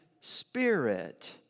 Spirit